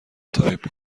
تایپ